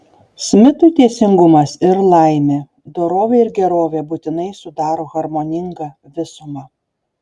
smitui teisingumas ir laimė dorovė ir gerovė būtinai sudaro harmoningą visumą